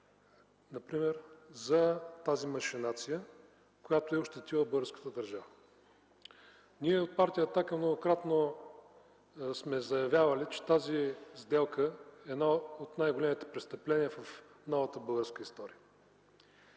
например, за тази машинация, която е ощетила българската държава? Ние от Партия „Атака” многократно сме заявявали, че тази сделка е едно от най-големите престъпления в новата българска история.